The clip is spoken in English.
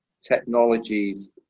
technologies